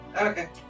Okay